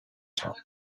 top